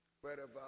wherever